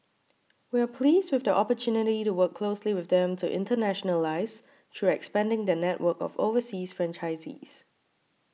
we are pleased with the opportunity to work closely with them to internationalise through expanding their network of overseas franchisees